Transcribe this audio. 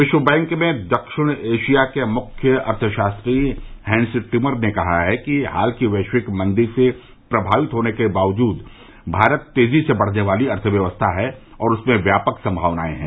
विश्व बैंक में दक्षिण एशिया के लिए मुख्य अर्थशास्त्री हैंस टिमर ने कहा है कि हाल की वैश्विक मंदी से प्रमावित होने के बावजूद भारत तेजी से बढ़ने वाली अर्थव्यवस्था है और उसमें व्यापक संभावनायें हैं